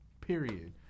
Period